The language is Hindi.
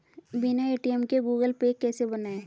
बिना ए.टी.एम के गूगल पे कैसे बनायें?